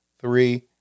three